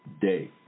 day